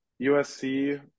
USC